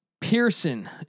Pearson